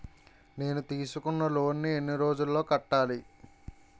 నేను తీసుకున్న లోన్ నీ ఎన్ని రోజుల్లో కట్టాలి?